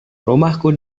rumahku